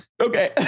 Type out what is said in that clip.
Okay